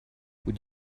would